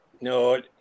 No